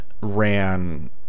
ran